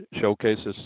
showcases